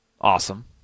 Awesome